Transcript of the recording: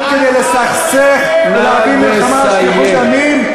כדי לסכסך ולהביא מלחמה ושפיכות דמים.